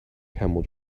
camel